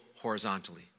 horizontally